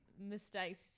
mistakes